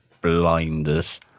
blinders